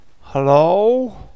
Hello